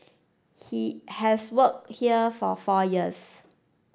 he has worked here for four years